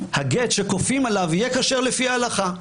הגט שכופים עליו יהיה כשר על פי ההלכה.